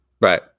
right